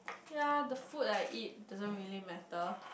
ya the food I eat doesn't really matter